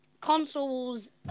consoles